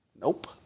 Nope